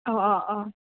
ꯑꯥ ꯑꯥ ꯑꯥ